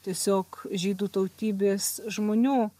tiesiog žydų tautybės žmonių